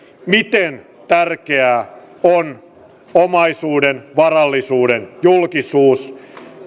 miten tärkeää on omaisuuden varallisuuden julkisuus